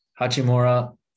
Hachimura